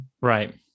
Right